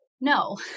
no